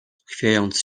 chwiejąc